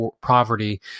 poverty